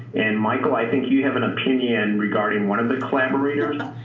and, michael, i think you have an opinion regarding one of the collaborators?